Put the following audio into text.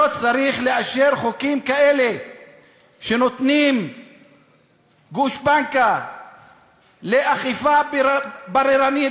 לא צריך לאשר חוקים כאלה שנותנים גושפנקה לאכיפה בררנית,